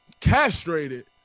castrated